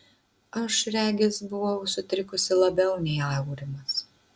aš regis buvau sutrikusi labiau nei aurimas